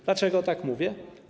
Dlaczego tak mówię?